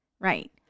Right